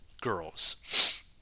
girls